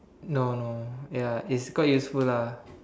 no no ya it's quite useful lah